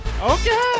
Okay